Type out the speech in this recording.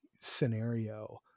scenario